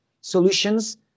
solutions